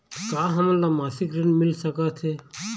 का हमन ला मासिक ऋण मिल सकथे?